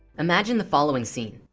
imagine the following scene